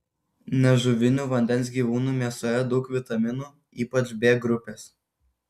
nežuvinių vandens gyvūnų mėsoje daug vitaminų ypač b grupės